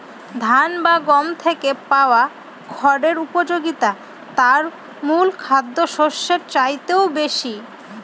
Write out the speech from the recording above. ধান বা গম থেকে পাওয়া খড়ের উপযোগিতা তার মূল খাদ্যশস্যের চাইতেও বেশি